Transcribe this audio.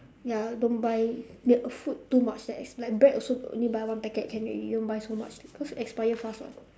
ya don't buy milk food too much then ex~ like bread also only buy one packet can already don't buy so much because expire fast [what]